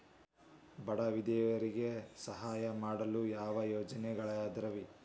ಬಡ ವಿಧವೆಯರಿಗೆ ಸಹಾಯ ಮಾಡಲು ಯಾವ ಯೋಜನೆಗಳಿದಾವ್ರಿ?